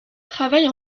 travaille